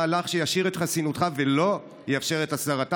או מהלך שישאיר את חסינותך ולא יאפשר את הסרתה?"